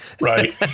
right